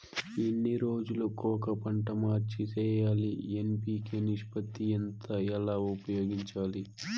ఎన్ని రోజులు కొక పంట మార్చి సేయాలి ఎన్.పి.కె నిష్పత్తి ఎంత ఎలా ఉపయోగించాలి?